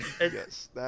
Yes